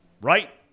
Right